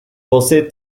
posee